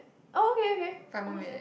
oh okay okay almost there